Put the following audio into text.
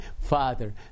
Father